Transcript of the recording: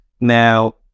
Now